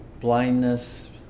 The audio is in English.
blindness